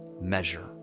measure